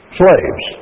slaves